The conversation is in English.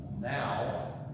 now